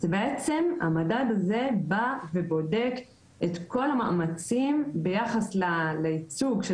בעצם המדד הזה בא ובודק את כל המאמצים ביחס לייצוג של